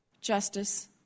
justice